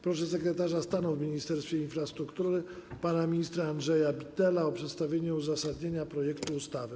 Proszę sekretarza stanu w Ministerstwie Infrastruktury pana ministra Andrzeja Bittela o przedstawienie uzasadnienia projektu ustawy.